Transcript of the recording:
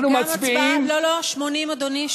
לא, 80, אדוני.